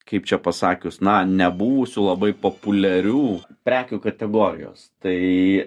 kaip čia pasakius na nebuvusių labai populiarių prekių kategorijos tai